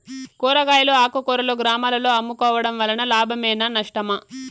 కూరగాయలు ఆకుకూరలు గ్రామాలలో అమ్ముకోవడం వలన లాభమేనా నష్టమా?